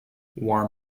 warm